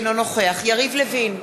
אינו נוכח יריב לוין,